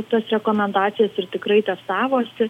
tas rekomendacijas ir tikrai testavosi